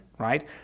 right